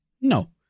No